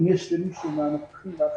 אם יש למישהו מהנוכחים והאחרים,